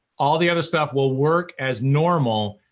all the other stuff will work as normal,